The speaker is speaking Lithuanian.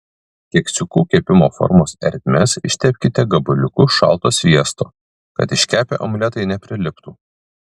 keksiukų kepimo formos ertmes ištepkite gabaliuku šalto sviesto kad iškepę omletai nepriliptų